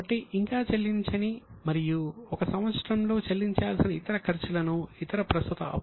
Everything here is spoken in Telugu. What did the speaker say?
కాబట్టి ఇంకా చెల్లించని మరియు 1 సంవత్సరంలో చెల్లించాల్సిన ఇతర ఖర్చులను ఇతర ప్రస్తుత అప్పులు అంటారు